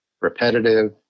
repetitive